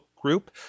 group